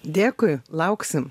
dėkui lauksim